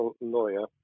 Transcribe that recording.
lawyer